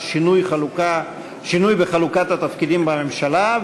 על שינוי בחלוקת התפקידים בממשלה,